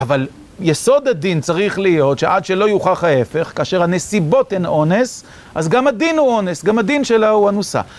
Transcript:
אבל, יסוד הדין צריך להיות שעד שלא יוכח ההפך, כאשר הנסיבות הן אונס, אז גם הדין הוא אונס - גם הדין שלה הוא אנוסה.